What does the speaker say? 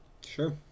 Sure